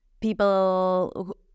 people